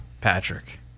Patrick